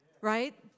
right